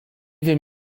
wiem